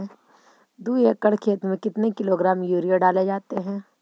दू एकड़ खेत में कितने किलोग्राम यूरिया डाले जाते हैं?